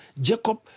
Jacob